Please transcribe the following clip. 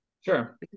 Sure